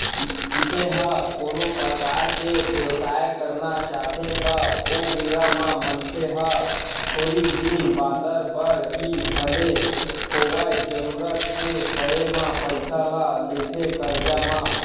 मनसे ह कोनो परकार के बेवसाय करना चाहथे त ओ बेरा म मनसे ह थोरिक दिन बादर बर ही भले होवय जरुरत के पड़े म पइसा ल लेथे करजा म